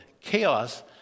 Chaos